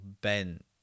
bent